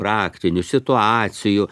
praktinių situacijų